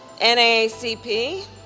naacp